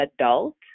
adult